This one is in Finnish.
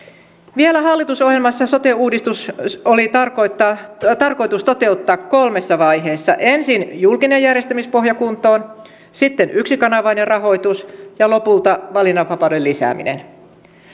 vielä hallitusohjelmassa sote uudistus oli tarkoitus toteuttaa kolmessa vaiheessa ensin julkinen järjestämispohja kuntoon sitten yksikanavainen rahoitus ja lopulta valinnanvapauden lisääminen